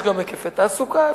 ויש גם היקפי תעסוקה.